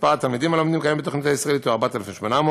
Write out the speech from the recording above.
מספר התלמידים הלומדים כיום בתוכנית הישראלית הוא 4,800,